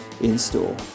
in-store